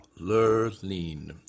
Lurleen